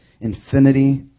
infinity